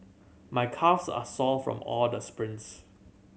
my calves are sore from all the sprints